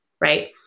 right